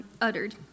uttered